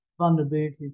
vulnerabilities